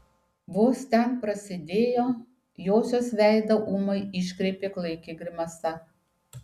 vos ten prasidėjo josios veidą ūmai iškreipė klaiki grimasa